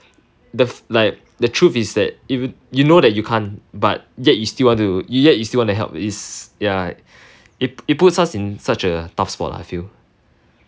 the like the truth is that you you know that you can't but yet you still want to yet you still want to help is ya it it puts us in such a tough spot lah I feel